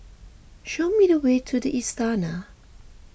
show me the way to the Istana